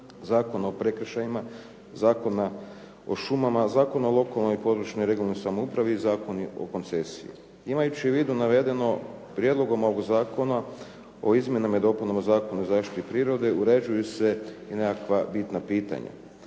Zakona o prekršajima, Zakona o šumama, Zakona o lokalnoj i područnoj (regionalnoj) samoupravi i Zakona o koncesiji. Imajući u vidu navedeno, Prijedlogom ovoga zakona o izmjenama i dopunama Zakona o zaštiti prirode uređuju se i nekakva bitna pitanja.